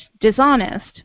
dishonest